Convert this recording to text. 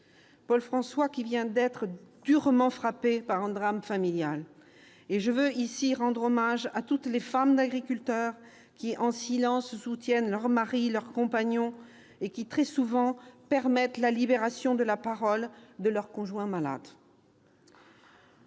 Paul François vient en outre d'être durement frappé par un drame familial. Je veux ici rendre hommage à toutes les femmes d'agriculteurs qui, en silence, soutiennent leur mari ou leur compagnon, et qui, très souvent, permettent la libération de la parole de leur conjoint malade.